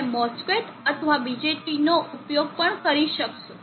તમે MOSFET અથવા BJTનો ઉપયોગ પણ કરી શકશો